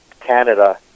Canada